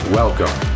welcome